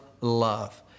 love